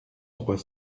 trois